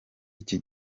iki